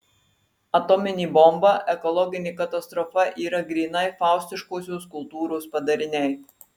atominė bomba ekologinė katastrofa yra grynai faustiškosios kultūros padariniai